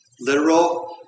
Literal